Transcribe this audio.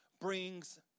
brings